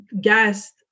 guest